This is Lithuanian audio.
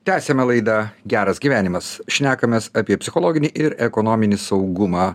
tęsėme laidą geras gyvenimas šnekamės apie psichologinį ir ekonominį saugumą